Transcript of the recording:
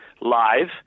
live